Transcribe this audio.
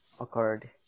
occurred